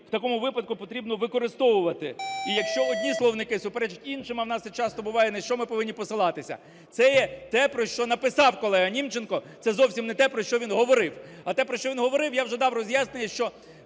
в такому випадку потрібно використовувати. І якщо одні словники суперечать іншим, а в нас це часто буває, на що ми повинні посилатися. Це є те, про що написав колега Німченко, це зовсім не те, про що він говорив. А те, про що він говорив, я вже дав роз'яснення, що